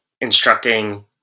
instructing